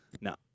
No